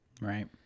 Right